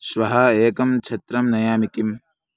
श्वः एकं छत्रं नयामि किम्